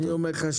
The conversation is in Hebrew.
אני אומר לך,